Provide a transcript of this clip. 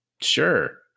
Sure